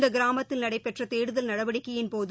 இந்த கிராமத்தில் நடைபெற்ற தேடுதல் நடவடிக்கையின்போது